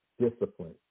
discipline